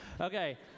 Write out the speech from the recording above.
Okay